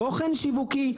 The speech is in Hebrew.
תוכן שיווקי.